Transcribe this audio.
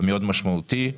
מאוד משמעותי.